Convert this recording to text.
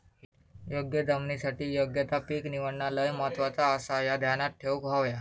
योग्य जमिनीसाठी योग्य ता पीक निवडणा लय महत्वाचा आसाह्या ध्यानात ठेवूक हव्या